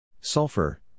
sulfur